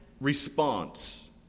response